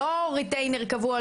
לא ריטיינר קבוע.